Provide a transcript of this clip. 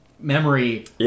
memory